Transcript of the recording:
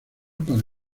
para